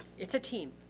it's a team.